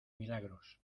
milagros